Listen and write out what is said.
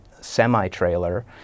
semi-trailer